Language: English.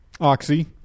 Oxy